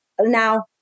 Now